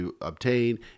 obtain